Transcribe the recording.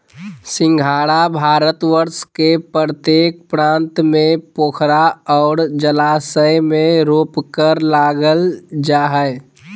सिंघाड़ा भारतवर्ष के प्रत्येक प्रांत में पोखरा और जलाशय में रोपकर लागल जा हइ